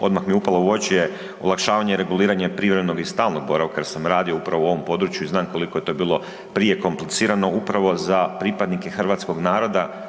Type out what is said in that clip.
odmah mi upalo u oči, je olakšavanje reguliranja privremenog i stalnog boravka jer sam radio upravo u ovom području i znam koliko je to bilo prije komplicirano upravo za pripadnike hrvatskog naroda